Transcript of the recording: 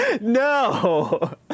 No